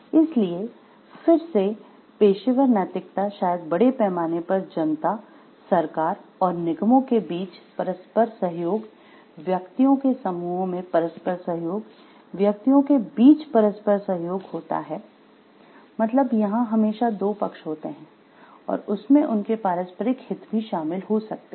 इसीलिए फिर से पेशेवर नैतिकता शायद बड़े पैमाने पर जनता सरकार और निगमों के बीच परस्पर सहयोग व्यक्तियों के समूहों में परस्पर सहयोग व्यक्तियों के बीच परस्पर सहयोग होता है मतलब यहाँ हमेशा दो पक्ष होते है और उसमें उनके पारस्परिक हित भी शामिल हो सकते हैं